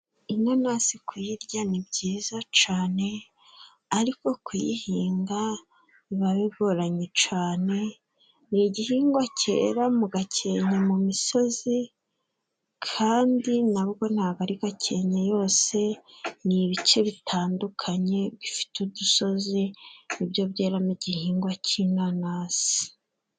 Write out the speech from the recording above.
Inanasi kuyirya ni byiza cane, ariko kuyihinga biba bigoranye cane. Ni igihingwa cyera mu Gakenke mu misozi, kandi nabwo ntabwo ari Gakenya yose, ni ibice bitandukanye bifite udusozi, ni byo byera mo igihingwa cy'inanasi.